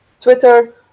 Twitter